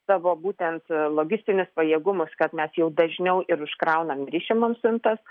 savo būtent logistinius pajėgumus kad mes jau dažniau ir užkraunam ir išimam siuntas